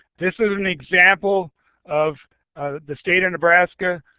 this is an example of the state of nebraska.